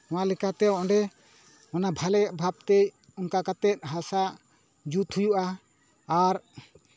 ᱱᱚᱣᱟ ᱞᱮᱠᱟᱛᱮ ᱚᱸᱰᱮ ᱚᱱᱟ ᱵᱷᱟᱞᱮ ᱵᱷᱟᱵᱽᱛᱮ ᱚᱱᱠᱟ ᱠᱟᱛᱮᱫ ᱦᱟᱥᱟ ᱡᱩᱛ ᱦᱩᱭᱩᱜᱼᱟ ᱟᱨ